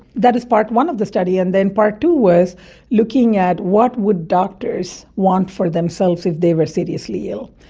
that is part one of the study. and then part two was looking at what would doctors want for themselves if they were seriously ill.